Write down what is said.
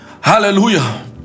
Hallelujah